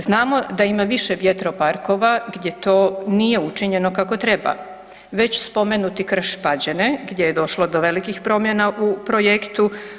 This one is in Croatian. Znamo da ima više vjetroparkova gdje to nije učinjeno kako treba, već spomenuti Krš-Pađene gdje je došlo do velikih promjena u projektu.